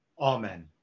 Amen